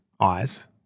eyes